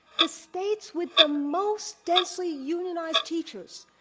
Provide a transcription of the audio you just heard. the states with the most densely unionized teachers,